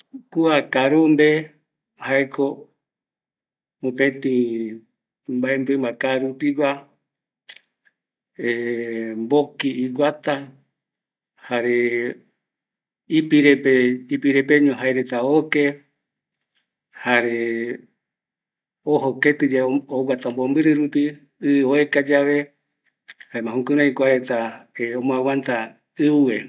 Kua karumbe, jaeko mopetï mbae mɨmba kaarupigua, e mboki iguata, jare ipire peño jae reta oke, jare ojo ketɨ yave oguata mbombɨrɨ rupi, ɨɨ oeka yave, jare jukurai kuareta ombo aguanta ɨue